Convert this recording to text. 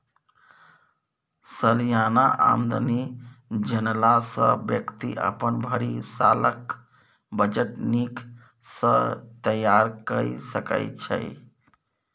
सलियाना आमदनी जनला सँ बेकती अपन भरि सालक बजट नीक सँ तैयार कए सकै छै